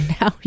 now